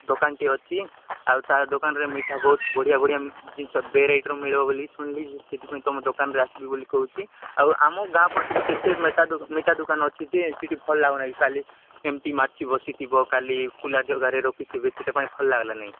ଦୋକାନଟିଏ ଅଛି ଆଉ ତା ଦୋକାନରେ ମିଠା ବହୁତ ବଢ଼ିଆ ବଢ଼ିଆ ଜିନିଷ ଭେରାଇଟ୍ର ମିଳିବ ବୋଲି ଶୁଣିଲି ସେଇଥିପାଇଁ ତୁମ ଦୋକାନରେ ଆସିବି ବୋଲି କହୁଛି ଆଉ ଆମ ଗାଁ ପଟେ ବି କେତେ ମିଠା ଦୋକାନ ଅଛି ଯେ ସେଇଠି ଭଲ ଲାଗୁନାହିଁ ଖାଲି ଏମତି ମାଛି ବସିଥିବ ଖାଲି ଖାଲି ଜାଗାରେ ରଖିଥିବେ ସେଇଟା ପାଇଁ ଭଲ ଲାଗିଲାନି